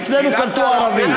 אצלנו קלטו ערבי.